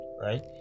right